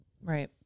right